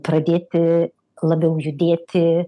pradėti labiau judėti